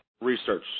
research